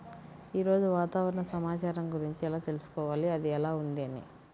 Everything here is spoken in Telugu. ఈరోజు వాతావరణ సమాచారం గురించి ఎలా తెలుసుకోవాలి అది ఎలా ఉంది అని?